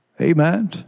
Amen